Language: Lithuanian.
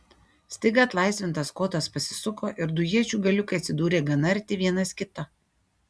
staiga atlaisvintas kotas pasisuko ir du iečių galiukai atsidūrė gana arti vienas kito